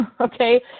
okay